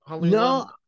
No